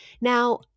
Now